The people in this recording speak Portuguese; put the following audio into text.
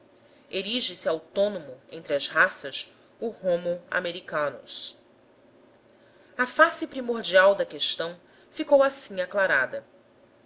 central erige se autônomo entre as raças o homo americanus a face primordial da questão ficou assim aclarada